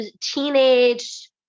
teenage